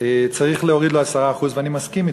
צריך להוריד לו 10%, ואני מסכים אתך.